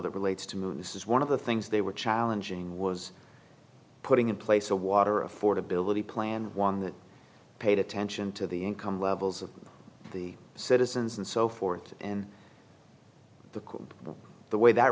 that relates to move this is one of the things they were challenging was putting in place a water affordability plan one that paid attention to the income levels of the citizens and so forth and the code the way that